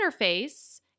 interface